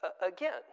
again